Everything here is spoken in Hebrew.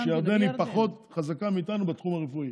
ירדן, וירדן היא פחות חזקה מאיתנו בתחום הרפואי.